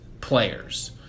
players